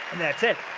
that's it.